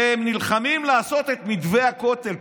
והם נלחמים לעשות את מתווה הכותל.